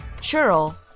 Churl